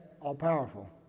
all-powerful